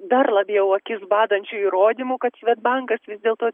dar labiau akis badančių įrodymų kad svedbankas vis dėlto